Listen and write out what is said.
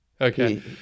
Okay